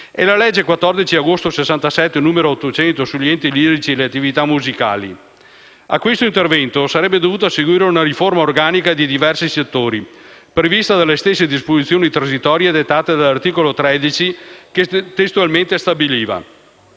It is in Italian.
e la legge 14 agosto 1967, n. 800, sugli enti lirici e le attività musicali. A questo intervento sarebbe dovuta seguire una riforma organica dei diversi settori, prevista dalle stesse disposizioni transitorie dettate dall'articolo 13 che testualmente stabiliva: